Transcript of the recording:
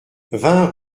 vingt